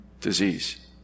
disease